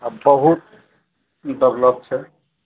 आओर बहुत डेवलप छै